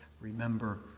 remember